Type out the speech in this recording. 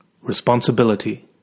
Responsibility